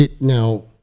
Now